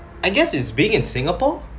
I guess it's being in singapore